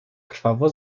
krwawo